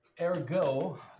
Ergo